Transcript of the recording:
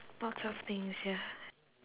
lots of things ya